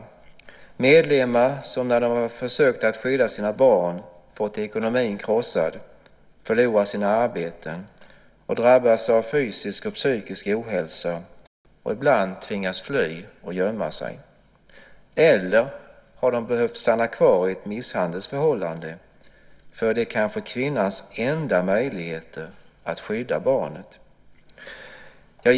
Det är medlemmar som när de har försökt att skydda sina barn har fått ekonomin krossad, förlorat sina arbeten och drabbats av fysisk och psykisk ohälsa. De har ibland tvingats fly och gömma sig, eller så har de tvingats stanna kvar i ett misshandelsförhållande. Det är kanske kvinnans enda möjligheter att skydda barnet.